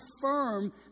firm